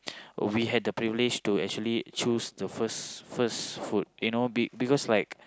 we had the privilege to actually choose the first first food you know be because like